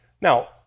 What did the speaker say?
Now